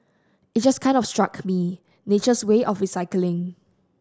it just kind of struck me nature's way of recycling